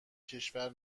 کشور